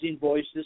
voices